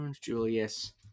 Julius